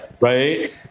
Right